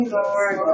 Lord